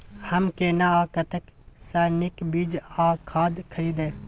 हम केना आ कतय स नीक बीज आ खाद खरीदे?